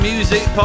Music